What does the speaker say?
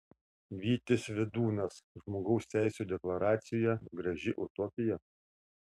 vytis vidūnas žmogaus teisų deklaracija graži utopija